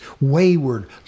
wayward